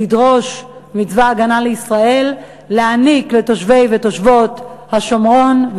לדרוש מצבא הגנה לישראל לתת לתושבי ותושבות השומרון,